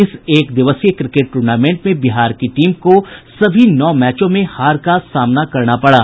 इस एकदिवसीय cricket tournament में बिहार की टीम को सभी नौ मैचों में हार का सामना करना पड़ा